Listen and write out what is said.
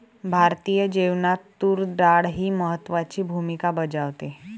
भारतीय जेवणात तूर डाळ ही महत्त्वाची भूमिका बजावते